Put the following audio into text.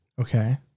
Okay